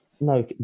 no